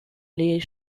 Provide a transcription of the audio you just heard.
les